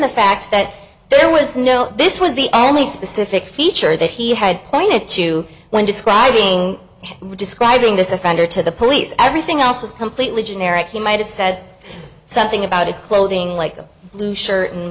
the fact that there was no this was the only specific feature that he had pointed to when describing describing this offender to the police everything else was completely generic he might have said something about his clothing like a blue shirt and